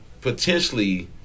Potentially